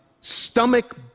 stomach